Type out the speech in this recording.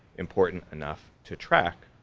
important enough to track.